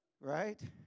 Right